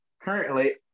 currently